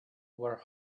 were